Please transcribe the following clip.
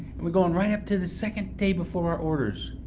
and we're going right up to the second day before our orders,